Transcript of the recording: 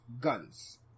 guns